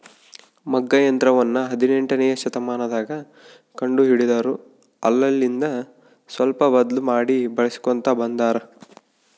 ಮಗ್ಗ ಯಂತ್ರವನ್ನ ಹದಿನೆಂಟನೆಯ ಶತಮಾನದಗ ಕಂಡು ಹಿಡಿದರು ಅಲ್ಲೆಲಿಂದ ಸ್ವಲ್ಪ ಬದ್ಲು ಮಾಡಿ ಬಳಿಸ್ಕೊಂತ ಬಂದಾರ